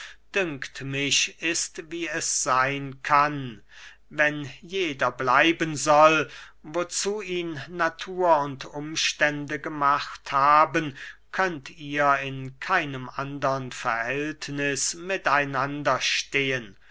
dünkt mich ist wie es seyn kann wenn jeder bleiben soll wozu ihn natur und umstände gemacht haben könnt ihr in keinem andern verhältniß mit einander stehen